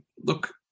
Look